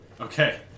Okay